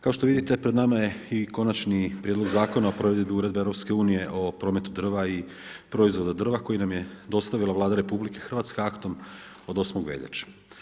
Kao što vidite pred nama je i Konačni prijedlog zakona o provedbi Uredbe EU o prometu drva i proizvoda od drva koji nam je dostavila Vlada RH aktom od 8. veljače.